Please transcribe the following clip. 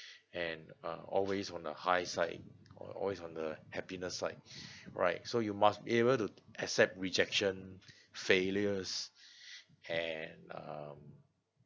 and uh always on the high side or always on the happiness side right so you must be able to accept rejection failures and um